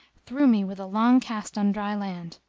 threw me with a long cast on dry land,